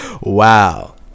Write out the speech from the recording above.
Wow